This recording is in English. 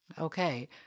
Okay